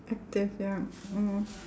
active ya mmhmm